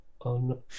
on